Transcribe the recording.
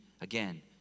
again